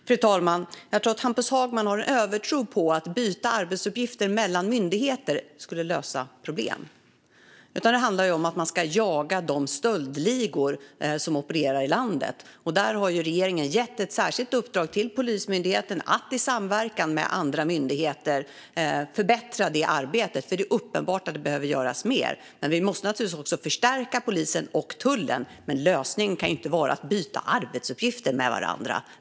Fru talman! Jag tror att Hampus Hagman har en övertro på att det skulle lösa problem att byta arbetsuppgifter mellan myndigheter. Det handlar om att man ska jaga de stöldligor som opererar i landet. Regeringen har gett Polismyndigheten ett särskilt uppdrag att i samverkan med andra myndigheter förbättra det arbetet. Det är uppenbart att det behöver göras mer. Vi måste naturligtvis också förstärka polisen och tullen. Men lösningen kan inte vara att byta arbetsuppgifter med varandra.